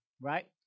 right